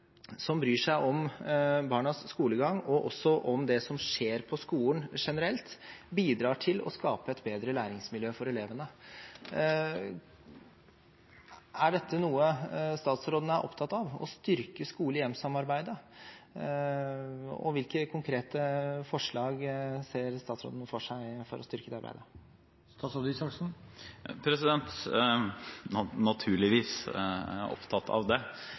som bryr seg om barnas skolegang og også om det som skjer på skolen generelt, bidrar til å skape et bedre læringsmiljø for elevene. Er dette noe statsråden er opptatt av – å styrke skole–hjem-samarbeidet? Hvilke konkrete forslag ser statsråden for seg for å styrke det mer? Naturligvis er jeg opptatt av det. Når det gjelder hvilke konkrete forslag, må jeg